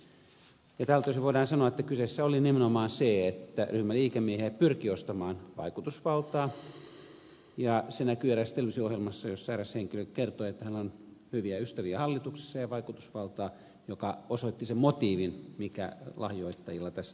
tältä osin voidaan sanoa että kyseessä oli nimenomaan se että ryhmä liikemiehiä pyrki ostamaan vaikutusvaltaa ja se näkyi eräässä televisio ohjelmassa jossa eräs henkilö kertoi että hänellä on hyviä ystäviä hallituksessa ja vaikutusvaltaa mikä osoitti sen motiivin mikä lahjoittajilla tässä tilanteessa oli